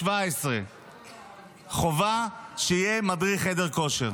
17 חובה שיהיה מדריך בחדר כושר.